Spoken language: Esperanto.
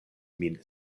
min